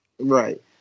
Right